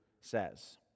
says